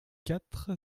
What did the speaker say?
quatre